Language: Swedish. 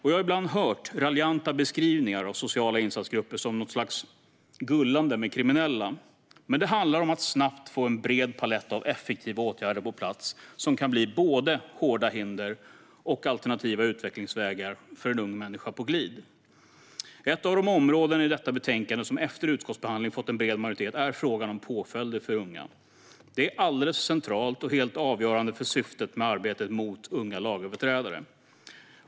Jag har hört raljanta beskrivningar av sociala insatsgrupper som något slags gullande med kriminella, men det handlar om att snabbt få en bred palett av effektiva åtgärder på plats som kan bli både hårda hinder och alternativa utvecklingsvägar för en ung människa på glid. Ett av de områden i detta betänkande som efter utskottsbehandling fått en bred majoritet är frågan om påföljder för unga. Detta är alldeles centralt och helt avgörande för syftet med arbetet mot unga lagöverträdare.